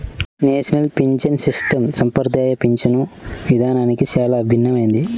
national pension system సంప్రదాయ పింఛను విధానానికి చాలా భిన్నమైనది